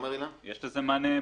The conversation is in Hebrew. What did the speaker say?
יש לזה מענה בנוסח.